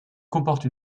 comporte